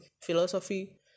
philosophy